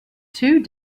two